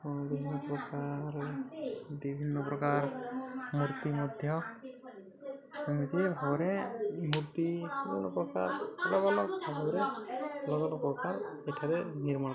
ଓ ବିଭିନ୍ନପ୍ରକାର ବିଭିନ୍ନପ୍ରକାର ମୂର୍ତ୍ତି ମଧ୍ୟ ଏମିତି ଭାବରେ ମୂର୍ତ୍ତି ବିଭିନ୍ନପ୍ରକାର ଅଲଗା ଅଲଗା ଭାବରେ ଅଲଗା ଅଲଗା ପ୍ରକାର ଏଠାରେ ନିର୍ମାଣ